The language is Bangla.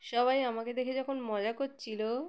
সবাই আমাকে দেখে যখন মজা করছিল